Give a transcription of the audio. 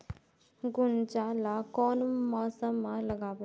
गुनजा ला कोन मौसम मा लगाबो?